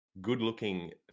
good-looking